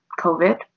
COVID